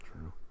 true